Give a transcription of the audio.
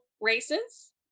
races